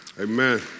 Amen